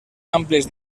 àmplies